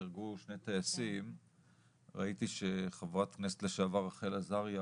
שנהרגו שני טייסים ראיתי שחברת הכנסת לשעבר רחל עזריה